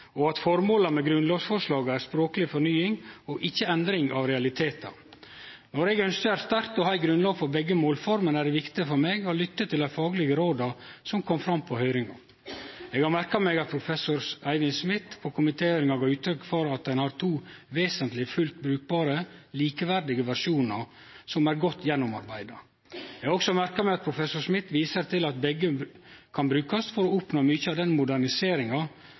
og at formåla med grunnlovsforslaga er språkleg fornying og ikkje endring av realitetar. Når eg ønskjer sterkt å ha ei grunnlov på begge målformene, er det viktig for meg å lytte til dei faglege råda som kom fram på høyringa. Eg har merka meg at professor Eivind Smith på komitéhøyringa gav uttrykk for at ein har to vesentlege, fullt brukbare, likeverdige versjonar som er godt gjennomarbeidde. Eg har også merka meg at professor Smith viser til at begge kan brukast for å oppnå mykje av den moderniseringa